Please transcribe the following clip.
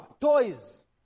toys